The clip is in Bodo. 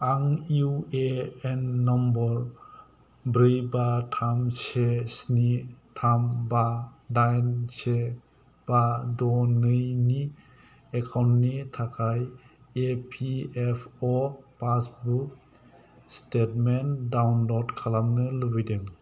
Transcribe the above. आं इउ ए एन नम्बर ब्रै बा थाम से स्नि थाम बा दाइन से बा द' नै नि एकाउन्टनि थाखाय E P F O passbook statement download खालामनो लुबैदों